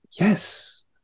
Yes